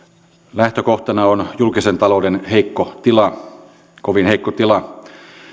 lähtökohtana on julkisen talouden heikko tila kovin heikko tila